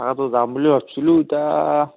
তাকেতো যাম বুলি ভাবিছিলোঁ ইটা